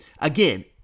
Again